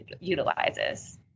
utilizes